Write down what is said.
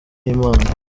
n’imana